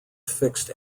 fixed